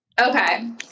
Okay